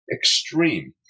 extreme